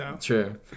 True